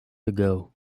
ago